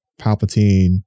Palpatine